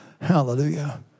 Hallelujah